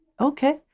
Okay